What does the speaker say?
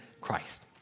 Christ